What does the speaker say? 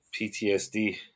PTSD